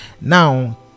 now